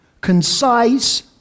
concise